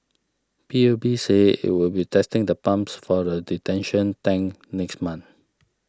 P U B said it will be testing the pumps for the detention tank next month